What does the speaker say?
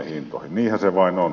niinhän se vain on